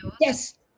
Yes